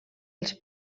els